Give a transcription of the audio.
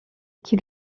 qui